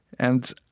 and,